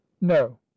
no